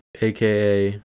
aka